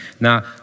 Now